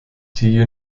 die